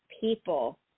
people